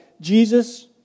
Jesus